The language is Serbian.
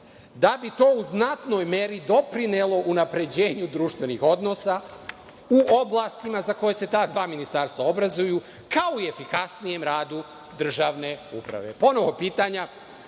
da bi to u znatnoj meri doprinelo unapređenju društvenih odnosa u oblastima za koje se ta dva ministarstva obrazuju, kao i efikasnijem radu državne uprave. Ponovo